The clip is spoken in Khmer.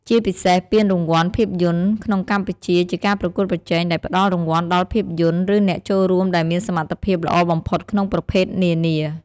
ជាពិសេសពានរង្វាន់ភាពយន្តក្នុងកម្ពុជាជាការប្រកួតប្រជែងដែលផ្តល់រង្វាន់ដល់ភាពយន្ត ឬអ្នកចូលរួមដែលមានសមត្ថភាពល្អបំផុតក្នុងប្រភេទនានា។